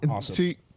See